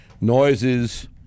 Noises